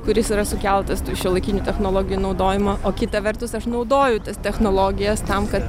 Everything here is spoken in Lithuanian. kuris yra sukeltas tų šiuolaikinių technologijų naudojimo o kita vertus aš naudoju tas technologijas tam kad